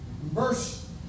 Verse